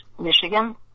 Michigan